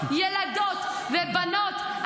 ילדות ובנות.